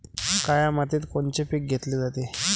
काळ्या मातीत कोनचे पिकं घेतले जाते?